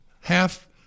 half